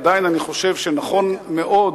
עדיין אני חושב שנכון מאוד